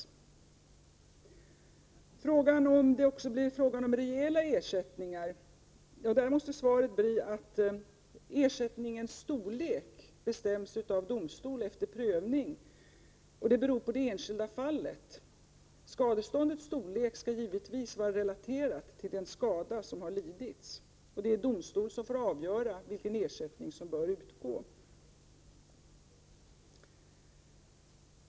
På frågan om det också kommer att bli rejäla ersättningar måste svaret bli att ersättningens storlek bestäms av domstol efter prövning, och den beror på det enskilda fallet. Skadeståndets storlek skall givetvis vara relaterad till den skada som har lidits. Det är domstol som får avgöra vilken ersättning som bör utgå.